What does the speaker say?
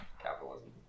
Capitalism